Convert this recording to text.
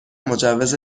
مجوز